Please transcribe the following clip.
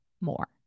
more